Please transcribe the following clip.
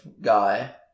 guy